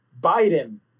Biden